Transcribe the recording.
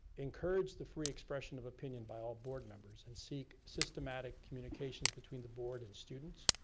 encourages the free expression of opinion by all board members and seek systematic communications between the board and students,